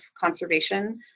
conservation